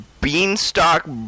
beanstalk